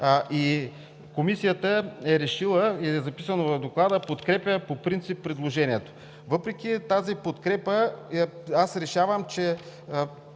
Комисията е решила и е записано в Доклада: „подкрепя по принцип предложението“. Въпреки тази подкрепа аз решавам, че